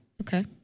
Okay